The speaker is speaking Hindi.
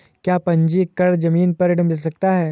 क्या पंजीकरण ज़मीन पर ऋण मिल सकता है?